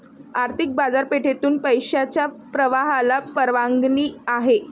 आर्थिक बाजारपेठेतून पैशाच्या प्रवाहाला परवानगी आहे